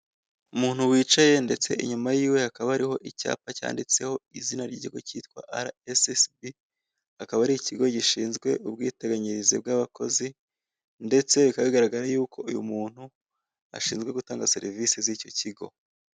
Umugore wambaye ikanzu y'umutuku aricaye. Inyuma ye hari icyapa cy'umweru n'ubururu, cyanditseho izina ry'Ikigo cy'Ubwiteganyirize mu Rwanda, RSSB. Birasa nk'aho uwo mugore atanga serivisi z'icyo kigo.